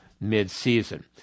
mid-season